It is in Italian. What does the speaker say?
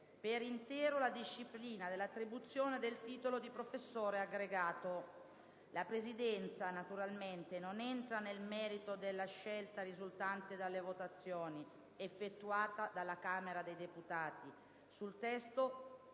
per intero la disciplina dell'attribuzione del titolo di professore aggregato. La Presidenza, naturalmente, non entra nel merito della scelta risultante dalle votazioni - effettuate dalla Camera dei deputati sul testo